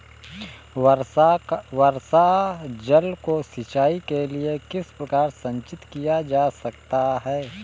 वर्षा जल को सिंचाई के लिए किस प्रकार संचित किया जा सकता है?